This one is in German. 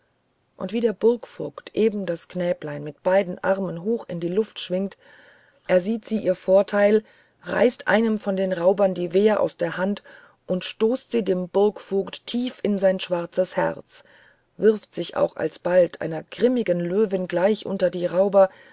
und wie der burgvogt eben das knäblein mit beiden armen hoch in die luft schwingt ersieht sy jr vortheil reißt einem von den raubern die wehr aus der hand und stoßt sie dem burgvogt tief in sein schwarzes herz wirft sich auch alsbald einer grimmen löwin gleich unter die rauber